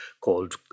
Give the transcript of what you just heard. called